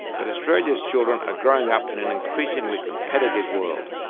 but australia's children are growing up in an increasingly competitive world,